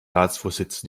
ratsvorsitz